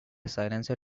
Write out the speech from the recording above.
silencer